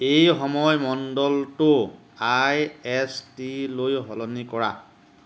এই সময় মণ্ডলটো আই এছ টিলৈ সলনি কৰা